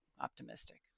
optimistic